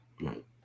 Right